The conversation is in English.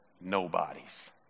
nobodies